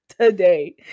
today